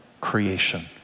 creation